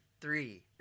three